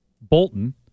Bolton